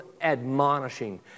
admonishing